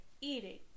eating